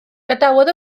gadawodd